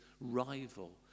rival